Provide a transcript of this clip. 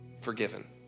forgiven